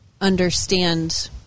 understand